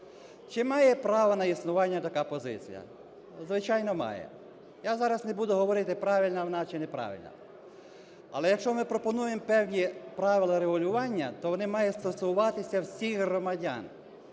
Чи має право на існування така позиція? Звичайно має. Я зараз не буду говорити правильна вона чи неправильна. Але, якщо ми пропонуємо певні правила регулювання, то вони мають стосуватися всіх громадян,